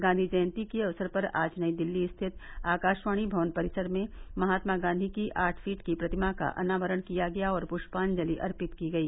गांधी जयंती के अवसर पर आज नई दिल्ली स्थित आकाशवाणी भवन परिसर में महात्मा गांधी की आठ फीट की प्रतिमा का अनावरण किया गया और पुष्पांजलि अर्पित की गई